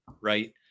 right